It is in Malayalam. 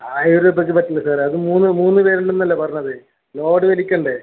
ആയിരം രൂപക്ക് പറ്റില്ല സാറേ അത് മൂന്ന് പേര് ഉണ്ടെന്ന് അല്ലേ പറഞ്ഞത് ലോഡ് വലിക്കണ്ടേ